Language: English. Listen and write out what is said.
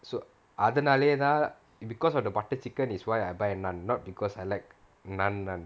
so அதுனாலயே தான்:athunaalayae thaan because of the butter chicken is why I buy naan not because I like naan